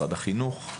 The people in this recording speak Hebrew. משרד החינוך,